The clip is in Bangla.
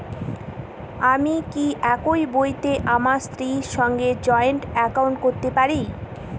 আমি কি একই বইতে আমার স্ত্রীর সঙ্গে জয়েন্ট একাউন্ট করতে পারি?